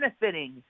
benefiting